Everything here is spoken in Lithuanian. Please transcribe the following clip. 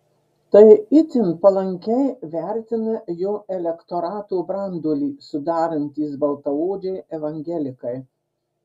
tai itin palankiai vertina jo elektorato branduolį sudarantys baltaodžiai evangelikai